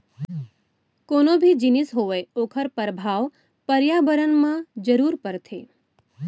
कोनो भी जिनिस होवय ओखर परभाव परयाबरन म जरूर परथे